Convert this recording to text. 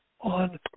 on